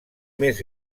més